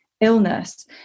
illness